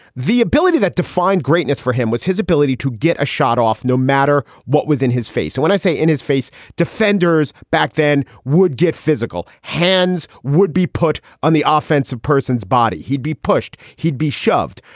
the ability that defined greatness for him was his ability to get a shot off no matter what was in his face. so when i say in his face, defenders back then would get physical hands would be put on the offensive person's body. he'd be pushed. he'd be shoved.